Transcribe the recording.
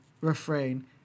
refrain